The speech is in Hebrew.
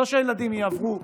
לא שהילדים יעברו,